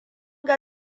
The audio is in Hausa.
ga